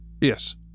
Yes